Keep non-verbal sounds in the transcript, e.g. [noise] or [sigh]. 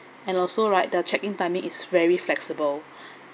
and also right the check in timing is very flexible [breath]